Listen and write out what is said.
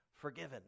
forgiven